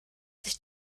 sich